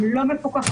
הם לא מפוקחים.